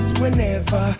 whenever